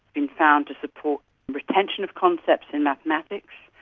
been found to support retention of concepts in mathematics.